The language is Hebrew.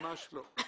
ממש לא.